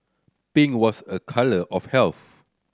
pink was a colour of health